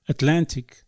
Atlantic